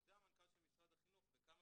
חוזר המנכ"ל של משרד החינוך מפנה בכמה